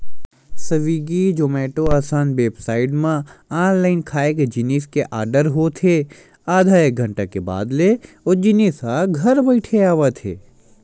Swiggy, Zomato असन website म online खाए के जिनिस के आरडर होत हे आधा एक घंटा के बाद ले ओ जिनिस ह घर बइठे आवत हे